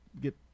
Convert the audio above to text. get